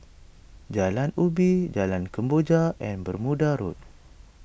Jalan Ubi Jalan Kemboja and Bermuda Road